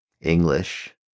English